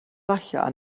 allan